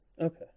Okay